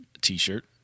T-shirt